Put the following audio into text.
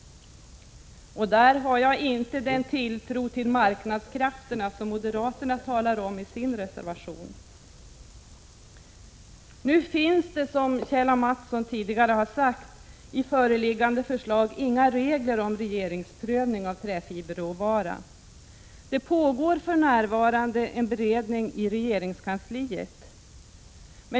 Och där har jag inte den tilltro till marknadskrafterna som moderaterna talar om i sin reservation. Nu finns det, som Kjell A. Mattsson tidigare sagt, i föreliggande förslag inga regler om regeringsprövning av träfiberråvara. Det pågår för närvarande en beredning i regeringskansliet.